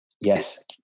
Yes